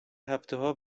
هفتهها